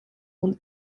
und